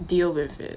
deal with it